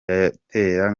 yatera